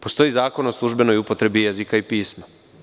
Postoji Zakon o službenoj upotrebi jezika i pisma.